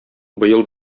быел